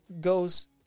goes